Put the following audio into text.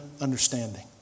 understanding